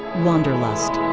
wanderlust.